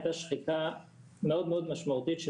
הייתה שחיקה מאוד מאוד משמעותית של